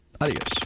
Adios